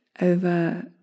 over